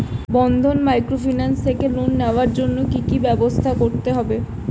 বন্ধন microfinance থেকে loan নেওয়ার জন্য কি কি ব্যবস্থা করতে হবে?